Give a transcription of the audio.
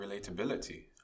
relatability